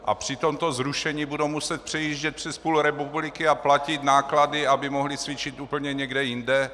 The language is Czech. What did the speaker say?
A při tomto zrušení budou muset přejíždět přes půl republiky a platit náklady, aby mohli cvičit někde úplně jinde.